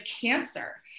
cancer